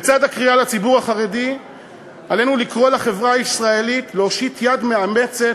לצד הקריאה לציבור החרדי עלינו לקרוא לחברה הישראלית להושיט יד מאמצת,